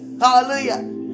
hallelujah